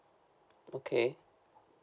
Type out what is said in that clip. okay